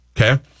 Okay